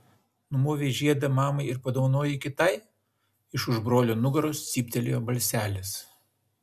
numovei žiedą mamai ir padovanojai kitai iš už brolio nugaros cyptelėjo balselis